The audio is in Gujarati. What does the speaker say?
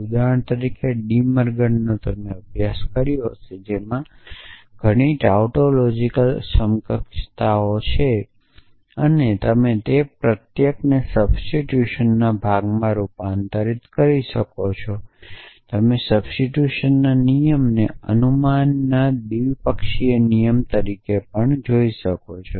ઉદાહરણ તરીકે ડિ મોર્ગનનો તમે અભ્યાસ કર્યો હશે જેમાં ઘણી ટાઉટોલોજિકલ સમકક્ષતા છે અને તમે તે પ્રત્યેકને સબસ્ટીટ્યુશનના ભાગમાં રૂપાંતરિત કરી શકો છો તમે સબસ્ટીટ્યુશનના નિયમને અનુમાનના દ્વિપક્ષીય નિયમ તરીકે પણ જોઈ શકો છો